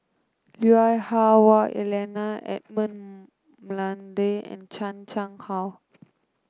Lui Hah Wah Elena Edmund Blundell and Chan Chang How